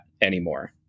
anymore